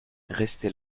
restez